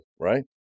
right